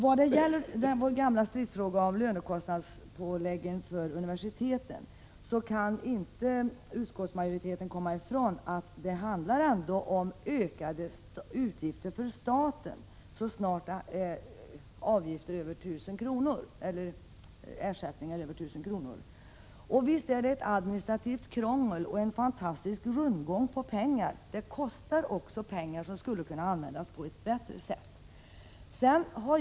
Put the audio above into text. + Vad gäller vår gamla stridsfråga om lönekostriadspålägg för universiteten kan utskottsmajoriteten inte komma ifrån att det handlar om ökade utgifter för staten, så snart det är fråga om ersättningar över 1 000 kr. Visst är detta ett administrativt krångel och en fantastisk rundgång på pengar! Detta kostar alltså pengar som skulle kunna användas på ett bättre sätt.